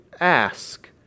ask